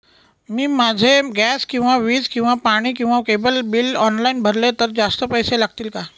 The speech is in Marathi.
मी माझे गॅस किंवा वीज किंवा पाणी किंवा केबल बिल ऑनलाईन भरले तर जास्त पैसे लागतील का?